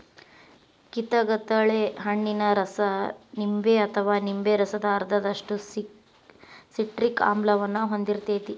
ಕಿತಗತಳೆ ಹಣ್ಣಿನ ರಸ ನಿಂಬೆ ಅಥವಾ ನಿಂಬೆ ರಸದ ಅರ್ಧದಷ್ಟು ಸಿಟ್ರಿಕ್ ಆಮ್ಲವನ್ನ ಹೊಂದಿರ್ತೇತಿ